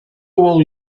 will